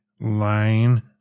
line